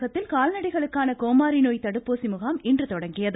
தமிழகத்தில் கால்நடைகளுக்கான கோமாரி நோய் தடுப்பூசி முகாம் இன்று தொடங்கியது